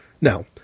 Now